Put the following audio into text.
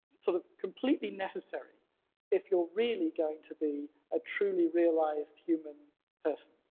sort of completely necessary if you're really going to be a truly realized human person.